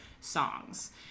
songs